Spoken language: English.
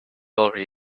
already